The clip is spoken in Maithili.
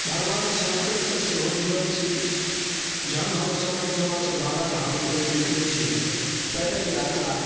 भगवान शङ्करसँ सेहो जुड़ल छी जहन हमसभ एहिठिमनसँ बाबा धामक लेल निकलैत छी पैदल यात्रा